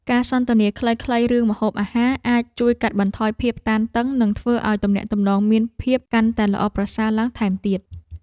ការសន្ទនាខ្លីៗរឿងម្ហូបអាហារអាចជួយកាត់បន្ថយភាពតានតឹង និងធ្វើឱ្យទំនាក់ទំនងមានភាពកាន់តែល្អប្រសើរឡើងថែមទៀត។